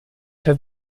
have